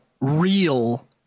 real